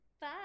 Bye